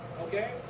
Okay